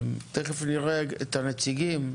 תכף נראה את הנציגים,